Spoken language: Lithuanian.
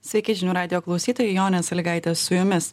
sveiki žinių radijo klausytojai jonė sąlygaitė su jumis